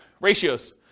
Ratios